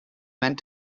meant